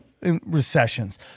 recessions